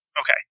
Okay